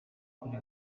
kuri